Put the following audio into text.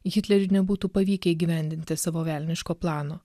hitleriui nebūtų pavykę įgyvendinti savo velniško plano